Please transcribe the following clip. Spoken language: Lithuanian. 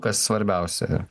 kas svarbiausia yra